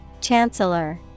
Chancellor